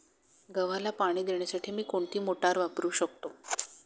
गव्हाला पाणी देण्यासाठी मी कोणती मोटार वापरू शकतो?